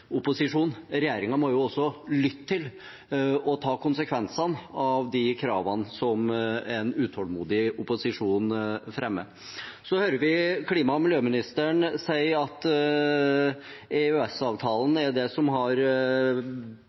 opposisjon, regjeringen må også lytte til og ta konsekvensene av de kravene som en utålmodig opposisjon fremmer. Vi hører klima- og miljøministeren si at det er EØS-avtalen som har